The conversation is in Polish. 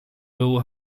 był